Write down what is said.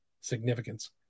significance